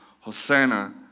Hosanna